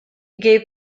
gave